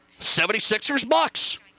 76ers-Bucks